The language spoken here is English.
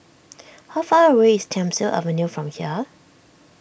how far away is Thiam Siew Avenue from here